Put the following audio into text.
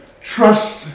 trust